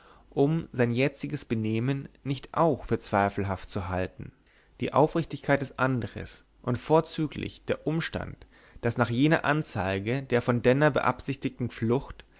um sein jetziges benehmen nicht auch für zweifelhaft zu halten die aufrichtigkeit des andres und vorzüglich der umstand daß nach jener anzeige der von denner beabsichtigten flucht